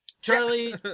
Charlie